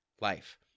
life